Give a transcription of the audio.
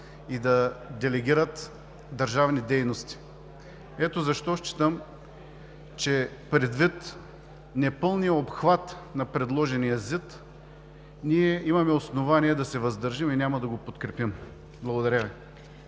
и да делегират държавни дейности. Ето защо считам, че предвид непълния обхват на предложения ЗИД ние имаме основание да се въздържим и няма да го подкрепим. Благодаря Ви.